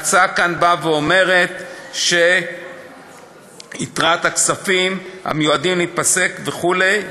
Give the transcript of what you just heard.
ההצעה כאן היא שיתרת הכספים המיועדים להיפסק וכו'